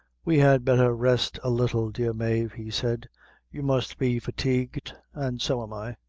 we had betther rest a little, dear mave, he said you must be fatigued, and so am i.